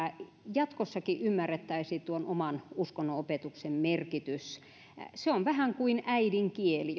jatkossakin ymmärrettäisiin tuon oman uskonnon opetuksen merkitys se on vähän kuin äidinkieli